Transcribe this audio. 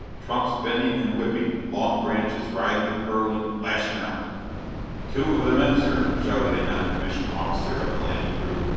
trunks bending and whipping, long branches writhing, curling, lashing out two of the men, sir! shouted a non-commissioned officer of the landing crew,